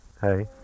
hey